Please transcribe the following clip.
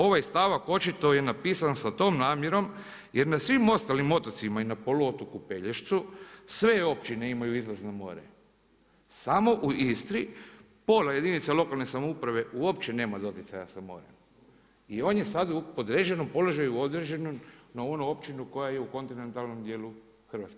Ovaj stavak očito je napisan sa tom namjerom, jer na svim ostalim otocima i na poluotoku Pelješcu sve općine imaju izlaz na more, samo u Istri pola jedinica lokalne samouprave uopće nema doticaja sa morem i on je sada u podređenom položaju u određenom na onu općinu koja je u kontinentalnom dijelu Hrvatske.